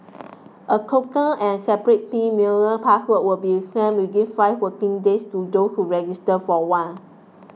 a token and separate pin mailer password will be sent within five working days to those who register for one